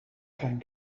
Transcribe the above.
kein